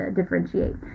differentiate